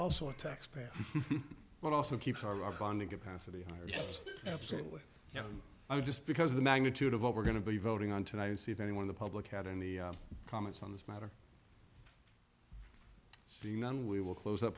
also a taxpayer but also keeps our bonding capacity higher yes absolutely you know i just because of the magnitude of what we're going to be voting on tonight and see if anyone the public had any comments on this matter c n n we will close up